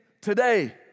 today